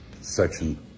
section